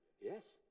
Yes